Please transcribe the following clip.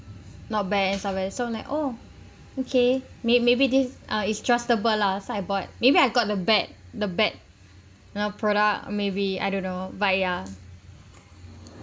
not bad and somewhere so I'm like oh okay may~ maybe this uh is trustable lah so I bought maybe I got the bad the bad you know product maybe I don't know but ya